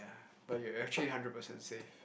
but you actually hundred percent safe